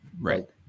Right